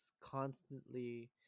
constantly